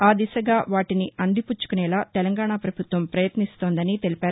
ఆ దిశగా వాటిని అందిపుచ్చుకునేలా తెలంగాణ ప్రభుత్వం ప్రపయత్నిస్తోందని తెలిపారు